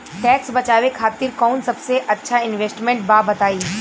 Tax बचावे खातिर कऊन सबसे अच्छा इन्वेस्टमेंट बा बताई?